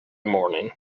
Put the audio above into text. morning